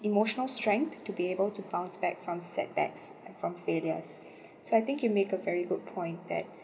emotional strength to be able to bounce back from setbacks and from failures so I think you make a very good point that